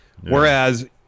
whereas